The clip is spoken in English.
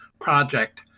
project